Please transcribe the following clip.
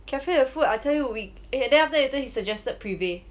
cafe 的 food I tell you we eh that after that later he suggested Prive